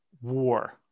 war